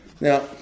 Now